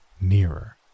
nearer